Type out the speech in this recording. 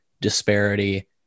disparity